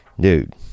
dude